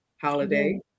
holiday